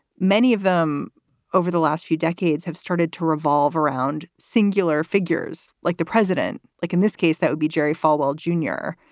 many of them over the last few decades have started to revolve around singular figures like the president, like in this case, that would be jerry falwell, junior.